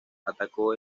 atacó